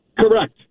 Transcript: Correct